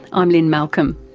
i'm lynne malcolm.